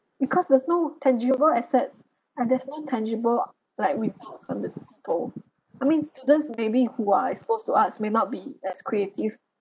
because there's no tangible assets and there's no tangible like results from the goal I mean students maybe who are exposed to arts may not be as creative